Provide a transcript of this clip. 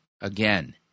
again